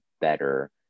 better